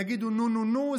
יגידו נו-נו-נו,